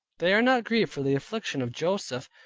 they are not grieved for the affliction of joseph,